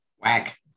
whack